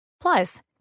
Plus